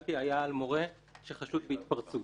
שקיבלתי היה על מורה שחשוד בהתפרצות.